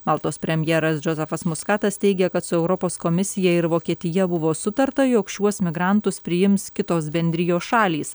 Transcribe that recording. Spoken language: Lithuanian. maltos premjeras džozefas muskatas teigia kad su europos komisija ir vokietija buvo sutarta jog šiuos migrantus priims kitos bendrijos šalys